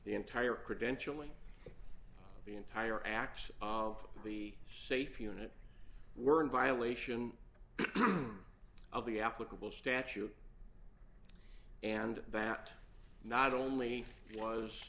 the entire credentialing the entire action of the safe unit were in violation of the applicable statute and that not only was